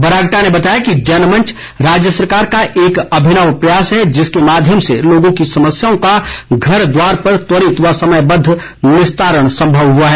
बरागटा ने बताया कि जनमंच राज्य सरकार का एक अभिनव प्रयास है जिसके माध्यम से लोगों की समस्याओं का घर द्वार पर त्वरित व समयबद्व निस्तारण सम्भव हुआ है